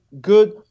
good